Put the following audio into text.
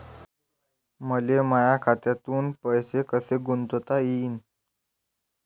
मले माया खात्यातून पैसे कसे गुंतवता येईन?